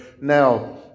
now